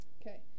Okay